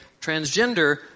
transgender